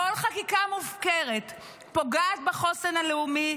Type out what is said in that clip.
כל חקיקה מופקרת פוגעת בחוסן הלאומי,